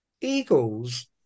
eagles